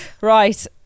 Right